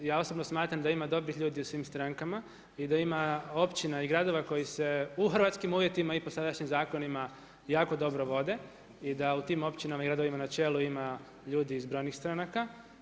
Ja osobno smatram da ima dobrih ljudi u svim strankama i da ima općina i gradova koji se u hrvatskim uvjetima i po sadašnjim zakonima jako dobro vode i da u tim općinama na čelu ima ljudi iz brojnih stranaka.